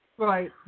Right